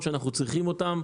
במקומות שאנחנו צריכים אותם,